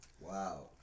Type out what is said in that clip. Wow